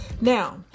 Now